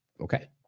Okay